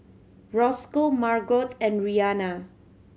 Roscoe Margot and Reanna